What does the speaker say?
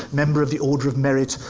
member of the order of merit,